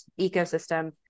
ecosystem